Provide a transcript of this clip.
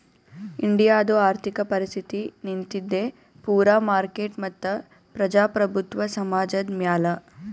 ಇಂಡಿಯಾದು ಆರ್ಥಿಕ ಪರಿಸ್ಥಿತಿ ನಿಂತಿದ್ದೆ ಪೂರಾ ಮಾರ್ಕೆಟ್ ಮತ್ತ ಪ್ರಜಾಪ್ರಭುತ್ವ ಸಮಾಜದ್ ಮ್ಯಾಲ